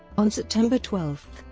on september twelve,